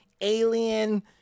alien